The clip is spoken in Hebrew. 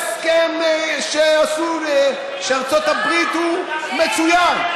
ההסכם שעשתה ארצות הברית הוא מצוין,